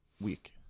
week